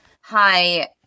hi